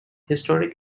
historic